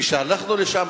כשהלכנו לשם,